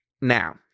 Now